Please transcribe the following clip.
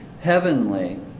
heavenly